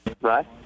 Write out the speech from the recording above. Right